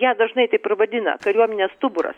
ją dažnai taip ir vadina kariuomenės stuburas